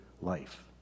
life